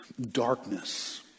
darkness